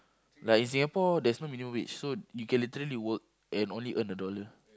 like in Singapore there's no minimum wage so you can literally work and only earn a dollar